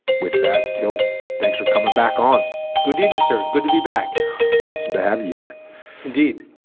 with that tilt thanks for coming back on good evening sir good to be back awesome to have you here indeed